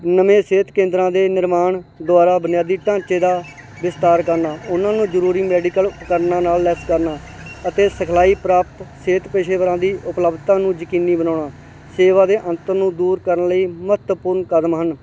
ਨਵੇਂ ਸਿਹਤ ਕੇਂਦਰਾਂ ਦੇ ਨਿਰਮਾਣ ਦੁਆਰਾ ਬੁਨਿਆਦੀ ਢਾਂਚੇ ਦਾ ਵਿਸਤਾਰ ਕਰਨਾ ਉਹਨਾਂ ਨੂੰ ਜ਼ਰੂਰੀ ਮੈਡੀਕਲ ਉਪਕਰਨਾਂ ਨਾਲ ਲੈਸ ਕਰਨਾ ਅਤੇ ਸਿਖਲਾਈ ਪ੍ਰਾਪਤ ਸਿਹਤ ਪੇਸ਼ੇਵਰਾਂ ਦੀ ਉਪਲਬਧਤਾ ਨੂੰ ਯਕੀਨੀ ਬਣਾਉਣਾ ਸੇਵਾ ਦੇ ਅੰਤਰ ਨੂੰ ਦੂਰ ਕਰਨ ਲਈ ਮਹੱਤਵਪੂਰਨ ਕਦਮ ਹਨ